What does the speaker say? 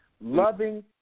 Loving